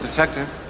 Detective